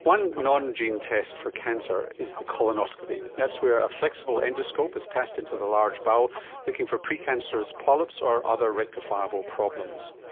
one non-gene test for cancer is the colonoscopy, that's where a flexible endoscope is passed into the large bowel looking for precancerous polyps or other rectifiable problems.